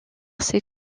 ses